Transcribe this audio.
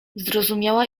zrozumiała